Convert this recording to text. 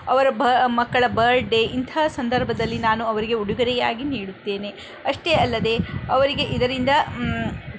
ಅವರ ಬ ಮಕ್ಕಳ ಬರ್ಡೆ ಇಂಥ ಸಂದರ್ಭದಲ್ಲಿ ನಾನು ಅವರಿಗೆ ಉಡುಗೊರೆಯಾಗಿ ನೀಡಿದ್ದೇನೆ ಅಷ್ಟೇ ಅಲ್ಲದೆ ಅವರಿಗೆ ಇದರಿಂದ